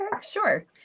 Sure